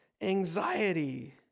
anxiety